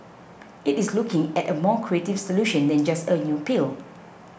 it is looking at a more creative solution than just a new pill